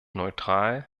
neutral